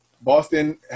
Boston